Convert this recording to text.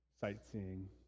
sightseeing